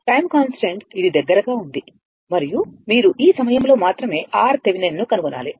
time constant ఇది దగ్గరగా ఉంది మరియు మీరు ఈ సమయంలో మాత్రమే RThevenin ను కనుగొనాలి